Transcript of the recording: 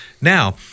Now